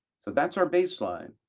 so that's our baseline.